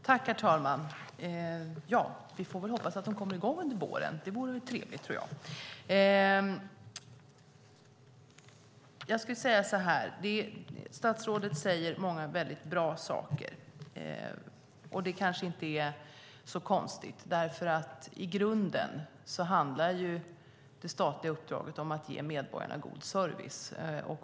Herr talman! Vi får hoppas att man kommer i gång under våren; det vore trevligt. Statsrådet säger många bra saker. Det är kanske inte så konstigt, för i grunden handlar det statliga uppdraget om att ge medborgarna god service.